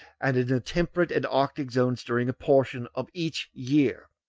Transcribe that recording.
and in the temperate and arctic zones during a portion of each year.